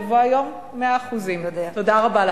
בבוא היום 100%. תודה רבה.